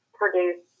produce